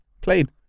Played